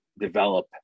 develop